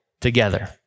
together